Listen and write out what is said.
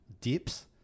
Dips